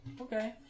okay